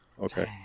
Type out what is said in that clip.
Okay